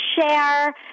share